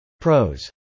Pros